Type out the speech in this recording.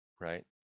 right